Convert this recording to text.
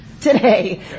today